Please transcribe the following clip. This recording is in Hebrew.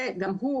וגם הוא